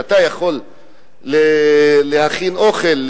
שאתה יכול להכין אוכל,